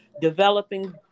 developing